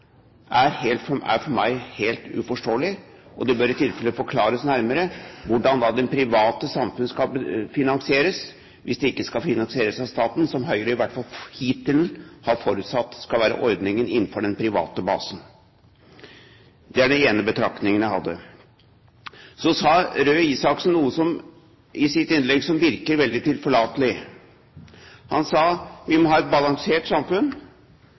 meg helt uforståelig. Det bør i tilfelle forklares nærmere hvordan det private samfunn da skal finansieres, hvis det ikke skal finansieres av staten slik som Høyre i hvert fall hittil har forutsatt skal være ordningen innenfor den private basen. Det er den ene betraktningen jeg hadde. Så sa Røe Isaksen noe i sitt innlegg som virker veldig tilforlatelig. Han sa at vi må ha et balansert samfunn.